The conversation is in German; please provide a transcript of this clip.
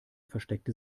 versteckte